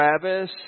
Travis